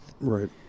Right